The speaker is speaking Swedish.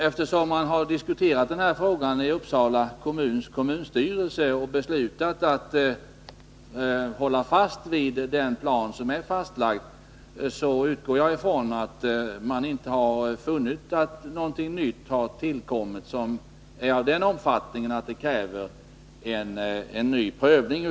Eftersom man har diskuterat frågan i kommunstyrelsen i Uppsala och beslutat att hålla sig till den plan som är fastlagd, utgår jag från att man inte har funnit att någonting nytt har tillkommit som är av den omfattningen att det skulle krävas en ny prövning.